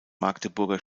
magdeburger